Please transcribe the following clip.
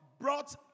brought